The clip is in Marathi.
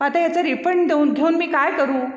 आता याचं रिफंड देऊन घेऊन मी काय करू